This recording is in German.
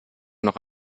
noch